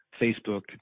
Facebook